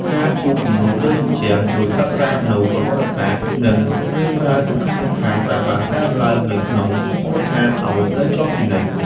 ការគូរគំនូរលើជញ្ជាំងជួយកត់ត្រានូវប្រវត្តិសាស្ត្រ និងរឿងរ៉ាវសំខាន់ៗដែលបានកើតឡើងនៅក្នុងមូលដ្ឋានឱ្យនៅជាប់ជានិច្ច។